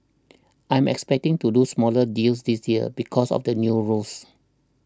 I'm expecting to do smaller deals this year because of the new rules